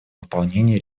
выполнении